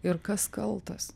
ir kas kaltas